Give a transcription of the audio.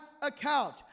account